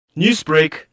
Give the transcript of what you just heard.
Newsbreak